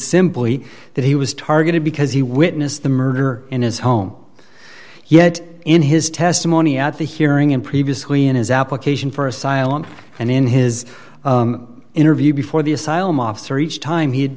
simply that he was targeted because he witnessed the murder in his home yet in his testimony at the hearing and previously in his application for asylum and in his interview before the asylum officer each time he